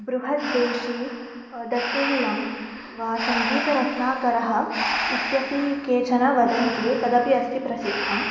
बृहद्देशे दत्तिल्लं वा सङ्गीतरत्नाकरः इत्यपि केचन वदन्ति तदपि अस्ति प्रसिद्धं